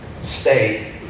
state